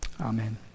Amen